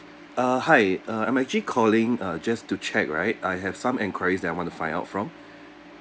uh hi uh I'm actually calling uh just to check right I have some enquiries that I want to find out from